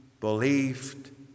believed